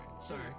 sorry